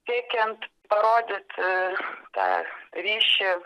siekiant parodyti tą ryšį